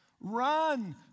Run